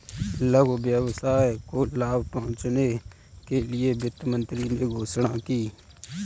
लघु व्यवसाय को लाभ पहुँचने के लिए वित्त मंत्री ने घोषणा की